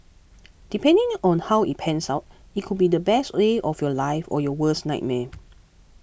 depending on how it pans out it could be the best day of your life or your worst nightmare